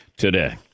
Today